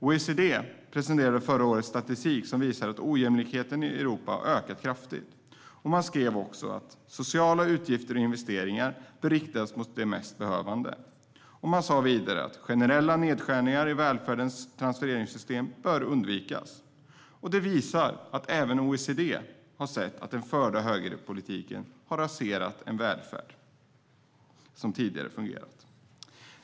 OECD presenterade förra året statistik som visar att ojämlikheten i Europa har ökat kraftigt. Man skrev också att sociala utgifter och investeringar bör riktas till de mest behövande. Vidare sa man att generella nedskärningar i välfärdens transfereringssystem bör undvikas. Det visar att även OECD har sett att den förda högerpolitiken har raserat en välfärd som tidigare fungerade.